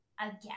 again